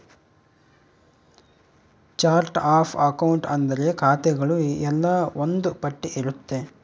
chart of account ಅಂದ್ರೆ ಖಾತೆಗಳು ಎಲ್ಲ ಒಂದ್ ಪಟ್ಟಿ ಇರುತ್ತೆ